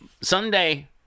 Sunday